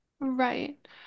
right